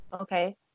Okay